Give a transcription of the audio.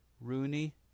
Rooney